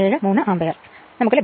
73 ampere എന്ന് നമുക്ക് ലഭിക്കുന്നു